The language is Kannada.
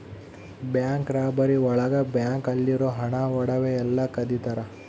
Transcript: ಬ್ಯಾಂಕ್ ರಾಬರಿ ಒಳಗ ಬ್ಯಾಂಕ್ ಅಲ್ಲಿರೋ ಹಣ ಒಡವೆ ಎಲ್ಲ ಕದಿತರ